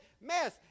mess